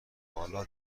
بالا